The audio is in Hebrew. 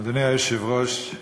אדוני היושב-ראש,